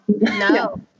no